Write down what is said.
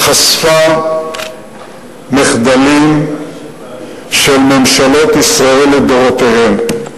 חשפה מחדלים של ממשלות ישראל לדורותיהן.